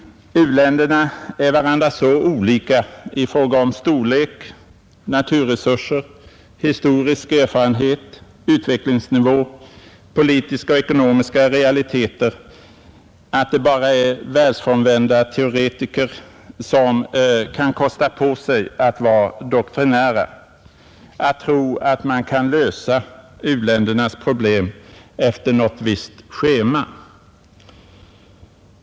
U-länderna är varandra så olika i fråga om storlek, naturresurser, historisk erfarenhet, utvecklingsnivå, politiska och ekonomiska realiteter att det bara är världsfrånvända teoretiker som kan kosta på sig att vara doktrinära, att tro att man kan lösa u-ländernas problem efter något visst schema.